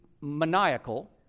maniacal